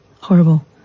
Horrible